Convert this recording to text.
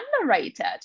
underrated